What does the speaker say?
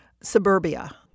suburbia